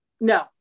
No